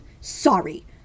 sorry